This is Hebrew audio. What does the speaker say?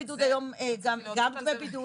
גם דמי בידוד,